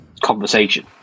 conversation